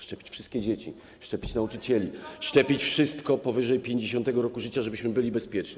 Szczepić wszystkie dzieci, szczepić nauczycieli, szczepić wszystkich powyżej 50. roku życia, żebyśmy byli bezpieczni.